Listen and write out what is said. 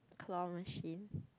claw machine